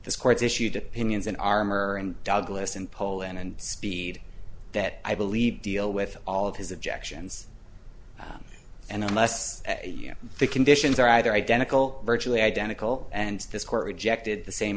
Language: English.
this court's issued opinions in armor and douglas in poland and speed that i believe deal with all of his objections and unless you think conditions are either identical virtually identical and this court rejected the same